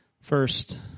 First